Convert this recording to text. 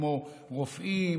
כמו רופאים,